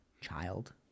child